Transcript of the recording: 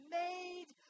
made